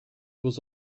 was